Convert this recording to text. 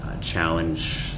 challenge